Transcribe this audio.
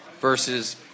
versus